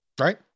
Right